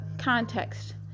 context